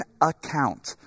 account